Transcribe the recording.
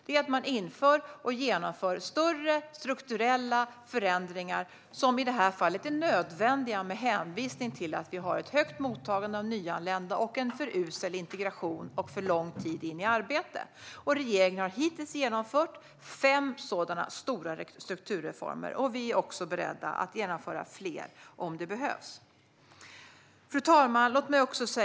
Det är att man inför och genomför större strukturella förändringar, som i detta fall är nödvändiga med hänvisning till att vi har ett högt mottagande av nyanlända, för usel integration och för lång tid in i arbete. Regeringen har hittills genomfört fem sådana stora strukturreformer, och vi är beredda att genomföra fler om det behövs. Fru talman!